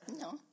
No